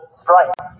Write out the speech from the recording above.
strike